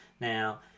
Now